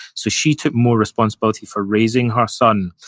so she took more responsibility for raising her son,